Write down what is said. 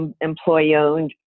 employee-owned